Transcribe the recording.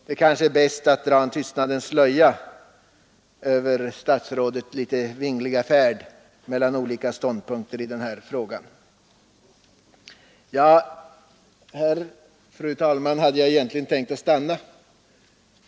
Det är kanske bäst att dra en tystnadens slöja över statsrådets litet vingliga färd mellan olika ståndpunkter i denna fråga. Fru talman! Här hade jag egentligen tänkt sluta mitt anförande.